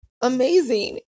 amazing